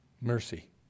mercy